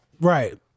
Right